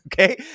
Okay